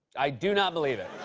i do not believe it.